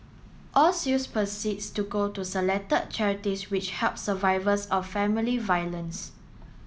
all sales proceeds to go to selected charities which help survivors of family violence